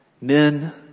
Men